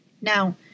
Now